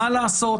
מה לעשות,